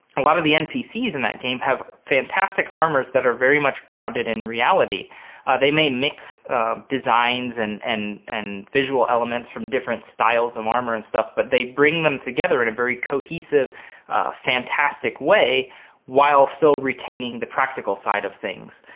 a lot of the npc's in that game have fantastic armors that are very much grounded in reality they may mix designs and and and visual elements from different styles of armor and stuff, but they bring them together in a very cohesive fantastic way while still retaining the practical side of things.